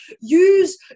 use